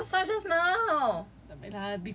but it's so susah just now